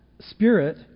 spirit